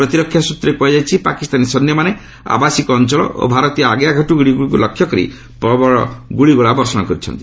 ପ୍ରତିରକ୍ଷା ସୂତ୍ରରେ କୁହାଯାଇଛି ପାକିସ୍ତାନୀ ସୈନ୍ୟମାନେ ଆବାସିକ ଅଞ୍ଚଳ ଓ ଭାରତୀୟ ଆଗୁଆ ଘାଟିଗୁଡ଼ିକୁ ଲକ୍ଷ୍ୟକରି ପ୍ରବଳ ଗୁଳିଗୋଳା ବର୍ଷଣ କରିଛନ୍ତି